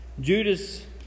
Judas